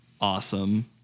awesome